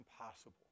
impossible